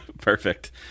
Perfect